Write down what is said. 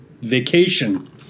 vacation